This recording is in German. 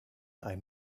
ein